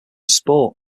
sport